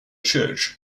church